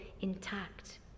intact